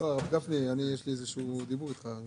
על